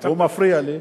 והוא מפריע לי.